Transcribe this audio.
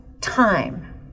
time